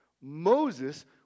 Moses